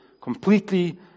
completely